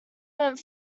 mint